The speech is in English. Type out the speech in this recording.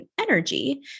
energy